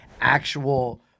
actual